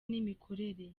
n’imikorere